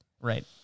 Right